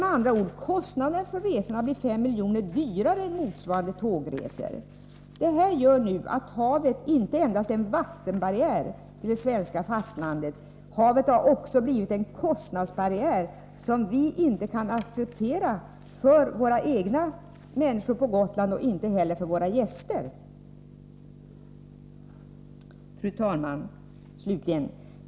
Med andra ord blir kostnaderna för dessa resor 5 miljoner dyrare än motsvarande tågresor. Detta gör att havet numera inte endast är en vattenbarriär till det svenska fastlandet — havet har också blivit en kostnadsbarriär som vi inte kan acceptera vare sig för våra egna på Gotland eller för våra gäster. Fru talman!